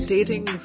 Dating